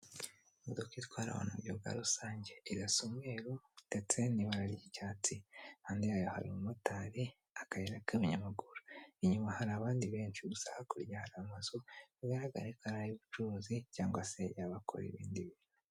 Imodoka itwara abantu mu buryo bwa rusange irasa umweru ndetse n'ibara ry'icyatsi, hanze hayo hari umumotari, akayira k'abanyamaguru, inyuma hari abandi benshi, gusa hakurya hari amazu bigaragara ko ari ay'ubucuruzi cyangwa se iy'abakora ibindi bintu.